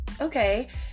okay